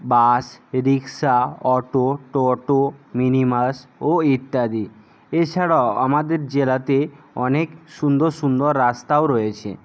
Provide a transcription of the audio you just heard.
বাস rickshaw auto টোটো mini bus ও ইত্যাদি এছাড়াও আমাদের জেলাতে অনেক সুন্দর সুন্দর রাস্তাও রয়েছে